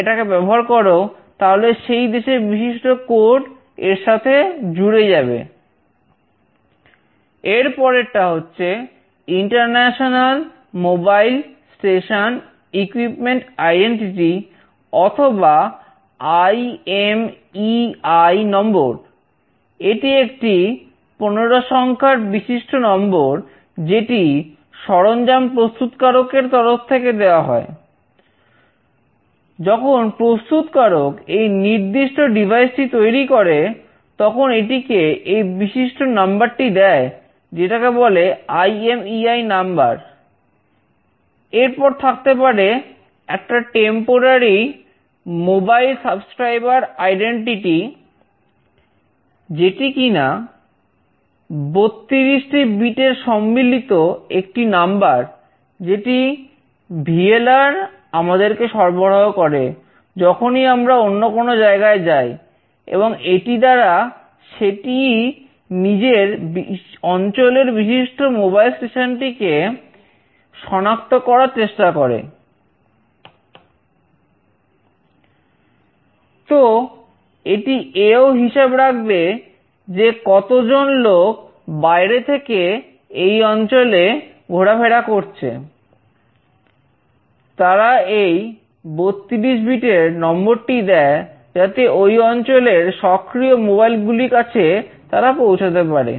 এর পরেরটা হচ্ছে international mobile station equipment identity গুলির কাছে তারা পৌঁছাতে পারে